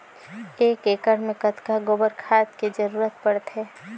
एक एकड़ मे कतका गोबर खाद के जरूरत पड़थे?